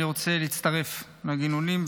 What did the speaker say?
אני רוצה להצטרף לגינויים,